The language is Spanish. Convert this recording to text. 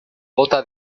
bota